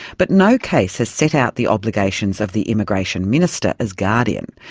but no case has set out the obligations of the immigration minister as guardian,